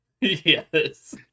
Yes